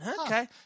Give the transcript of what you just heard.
Okay